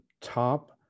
top